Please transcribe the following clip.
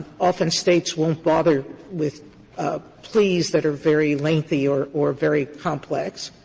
often, states won't bother with ah pleas that are very lengthy or or very complex.